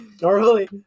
Normally